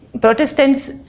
Protestants